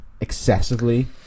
excessively